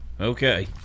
Okay